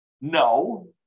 no